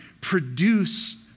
produce